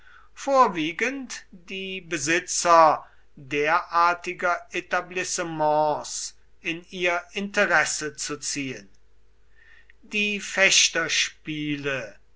vorwiegend die besitzer derartiger etablissements in ihr interesse zu ziehen die